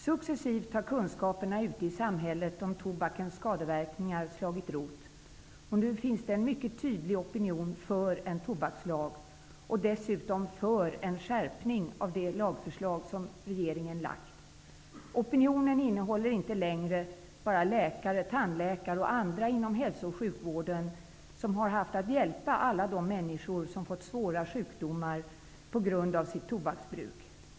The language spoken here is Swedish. Successivt har kunskaperna ute i samhället om tobakens skadeverkningar slagit rot, och nu finns det en mycket tydlig opinion för en tobakslag och dessutom för en skärpning av det lagförslag som regeringen har lagt fram. Opinionen består inte längre av bara läkare, tandläkare och andra inom hälso och sjukvården som har haft att hjälpa alla de människor som fått svåra sjukdomar på grund av sitt tobaksbruk.